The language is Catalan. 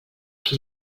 qui